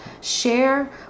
share